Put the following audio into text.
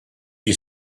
you